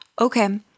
okay